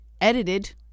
edited